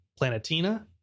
Planetina